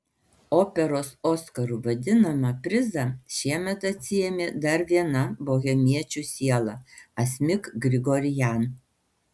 operos oskaru vadinamą prizą šiemet atsiėmė dar viena bohemiečių siela asmik grigorian